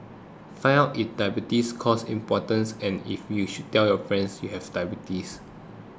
find out if diabetes causes impotence and if you should tell your friends you have diabetes